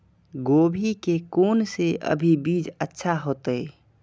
गोभी के कोन से अभी बीज अच्छा होते?